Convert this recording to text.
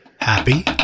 happy